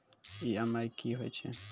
EMI कि होय छै?